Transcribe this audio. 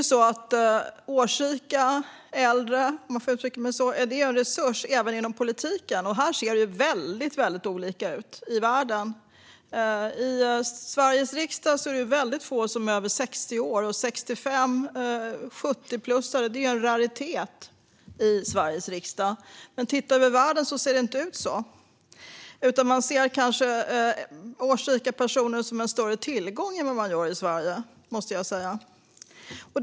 Årsrika eller äldre - om jag får uttrycka mig så - är en resurs även inom politiken. Här ser det väldigt olika ut i världen. I Sveriges riksdag är det väldigt få som är över 60 år, och 65 och 70-plussare är en raritet här. Men om vi tittar ut över världen ser det inte ut så, utan man ser kanske årsrika personer som en större tillgång i andra länder än vad man gör i Sverige.